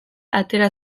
atera